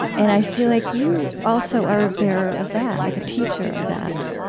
and i feel like you, also, are a bearer of that, like a teacher of that.